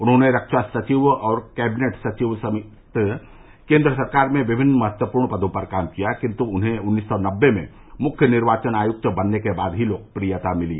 उन्होने रक्षा सचिव और कैबिनेट सचिव समेत केन्द्र सरकार में विभिन्न महत्वपूर्ण पदों पर कार्य किया किन्तु उन्हें उन्नीस सौ नवे में मुख्य निर्वाचन आयुक्त बनने के बाद ही लोकप्रियता मिली